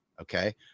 Okay